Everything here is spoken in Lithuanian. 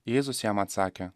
jėzus jam atsakė